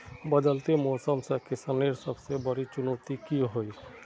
बदलते मौसम से किसानेर सबसे बड़ी चुनौती की होय?